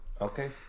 okay